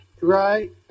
Right